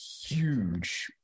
huge